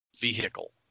vehicle